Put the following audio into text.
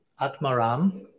Atmaram